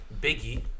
Biggie